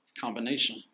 combination